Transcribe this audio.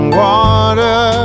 water